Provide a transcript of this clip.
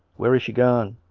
where is she gone?